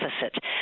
deficit